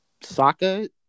Saka